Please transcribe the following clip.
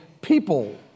people